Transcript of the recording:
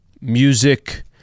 Music